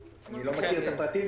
אני לא מכיר את הפרטים.